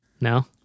No